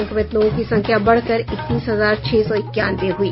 संक्रमित लोगों की संख्या बढ़कर इकतीस हजार छह सौ इक्यानवे हुई